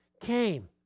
came